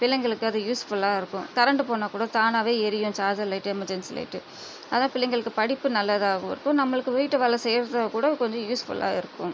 பிள்ளைங்களுக்கு அது யூஸ்ஃபுல்லாக இருக்கும் கரெண்ட் போனால்கூட தானேவே எரியும் சார்ஜர் லைட் எமர்ஜென்சி லைட்டு அதுதான் பிள்ளைங்களுக்கு படிப்பு நல்லதாகவும் இருக்கும் நம்பளுக்கு வீட்டு வேலை செய்யறதா கூட கொஞ்சம் யூஸ்ஃபுல்லாக இருக்கும்